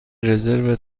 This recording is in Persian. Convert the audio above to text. رزرو